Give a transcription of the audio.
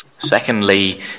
Secondly